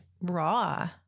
raw